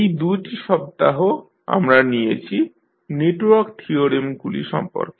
এই দু'টি সপ্তাহ আমরা নিয়েছি নেটওয়ার্ক থিওরেমগুলি সম্পর্কে